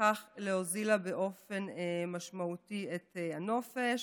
ובכך להוזיל לה באופן משמעותי את הנופש.